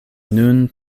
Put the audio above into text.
nun